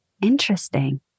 Interesting